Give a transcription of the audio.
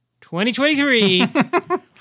2023